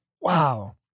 wow